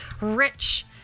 rich